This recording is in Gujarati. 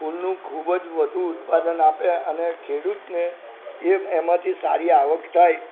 ફૂલનું ખૂબ જ વધુ ઉત્પાદન આપે અને ખેડૂતને એમ એમાંથી સારી આવક થાય